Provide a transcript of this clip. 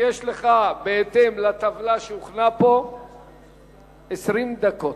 יש לך בהתאם לטבלה שהוכנה פה 20 דקות.